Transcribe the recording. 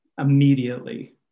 immediately